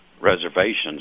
reservations